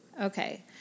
Okay